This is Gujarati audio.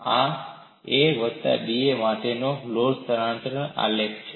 આ a વત્તા da માટેનો લોડ સ્થાનાંતરણ આલેખ છે